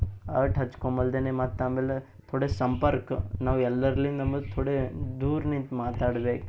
ಅಷ್ಟ್ ಹಚ್ಕೊಂಬಲ್ದೇನೆ ಮತ್ತು ಆಮೇಲೆ ಥೋಡೆ ಸಂಪರ್ಕ ನಾವು ಎಲ್ಲರ್ಲಿಂದಂಬದು ಥೋಡೆ ದೂರ ನಿಂತು ಮಾತಾಡ್ಬೇಕು